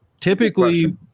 Typically